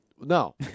No